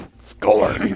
score